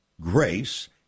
grace